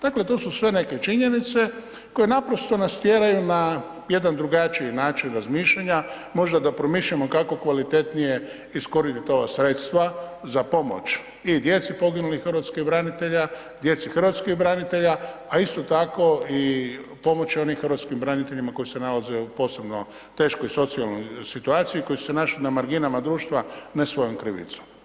Dakle, to su sve neke činjenice koje naprosto nas tjeraju na jedan drugačiji način razmišljanja, možda da promišljamo kako kvalitetnije iskoristit ova sredstva za pomoć i djeci poginulih hrvatskih branitelja, djeci hrvatskih branitelja, a isto tako i pomoć onim hrvatskim braniteljima koji se nalaze u posebno teškoj socijalnoj situaciji, koji su se našli na marginama društva ne svojom krivicom.